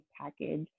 package